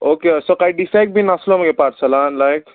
okay so काय defect बीन आसलो मगे पार्सलान लायक